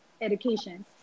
education